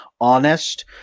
honest